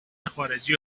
خارجه